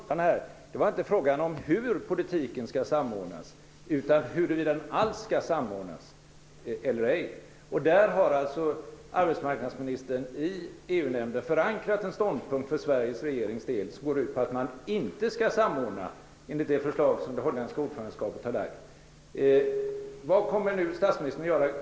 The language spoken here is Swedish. Fru talman! Statsministern smiter undan här. Det var inte fråga om hur politiken skall samordnas utan huruvida den alls skall samordnas. Där har alltså arbetsmarknadsministern i EU-nämnden förankrat en ståndpunkt för Sveriges regerings del som går ut på att man inte skall samordna enligt det förslag som det holländska ordförandeskapet har lagt fram. Vad kommer nu statsministern att göra?